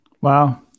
Wow